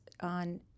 on